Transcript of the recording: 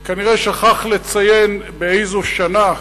הוא כנראה שכח לציין באיזו שנה,